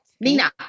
Nina